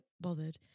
bothered